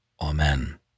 Amen